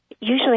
usually